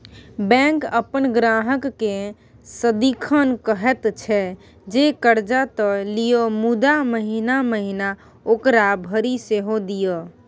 bank अपन ग्राहककेँ सदिखन कहैत छै जे कर्जा त लिअ मुदा महिना महिना ओकरा भरि सेहो दिअ